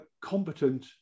competent